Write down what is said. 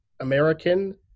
American